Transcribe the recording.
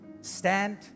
stand